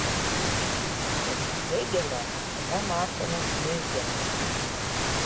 pasak hėgelio tada mąstome neigiamai